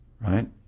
right